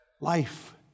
life